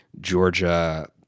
Georgia